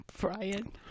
Brian